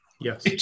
Yes